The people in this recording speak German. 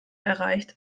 erreicht